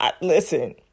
Listen